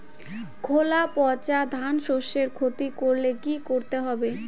খোলা পচা ধানশস্যের ক্ষতি করলে কি করতে হবে?